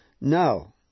No